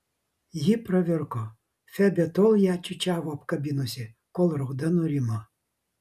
ji pravirko febė tol ją čiūčiavo apkabinusi kol rauda nurimo